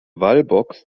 wallbox